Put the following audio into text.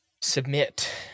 Submit